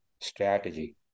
strategy